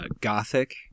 Gothic